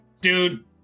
Dude